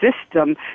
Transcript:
system